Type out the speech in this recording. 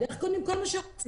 בדרך קונים כל מה שרוצים.